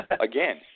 again